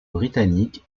britannique